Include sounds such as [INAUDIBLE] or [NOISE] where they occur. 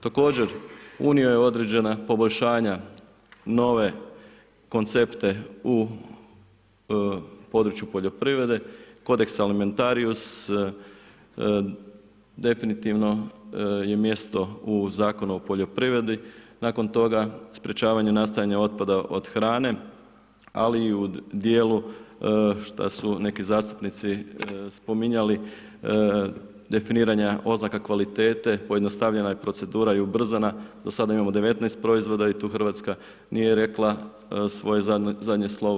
Također, unio je određena poboljšanja nove koncepte u području poljoprivrede, … [UNINTELLIGIBLE] definitivno je mjesto u Zakonu o poljoprivredi, nakon toga sprječavanje nastajanja otpada od hrane, ali i u dijelu, što su neki zastupnici spominjali, definiranja oznaka kvalitete, pojednostavljena je procedura i ubrzana, do sada imamo 19 proizvoda i tu Hrvatska nije rekla svoje zadnje slovo.